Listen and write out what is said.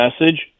message